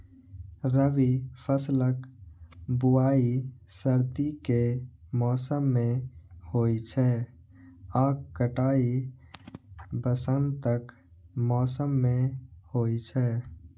रबी फसलक बुआइ सर्दी के मौसम मे होइ छै आ कटाइ वसंतक मौसम मे होइ छै